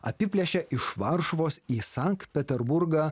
apiplėšė iš varšuvos į sankt peterburgą